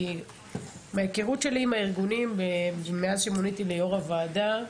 כי מההיכרות שלי עם הארגונים מאז שמוניתי ליו"ר הוועדה,